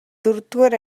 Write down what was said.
дөрөвдүгээр